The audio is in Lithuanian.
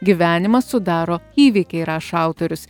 gyvenimą sudaro įvykiai rašo autorius